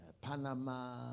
Panama